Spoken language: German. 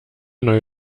neue